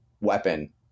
weapon